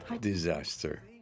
Disaster